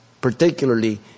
Particularly